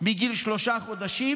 מגיל שלושה חודשים,